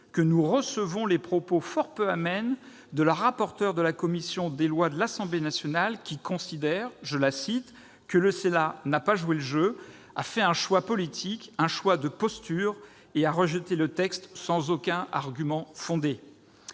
que nous recevons les propos fort peu amènes de la rapporteur de la commission des lois de l'Assemblée nationale, qui considère que le Sénat n'a pas « joué le jeu », a fait « un choix politique », un « choix de posture » et a rejeté le texte « sans aucun argument fondé ».